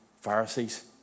Pharisees